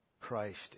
christ